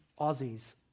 Aussies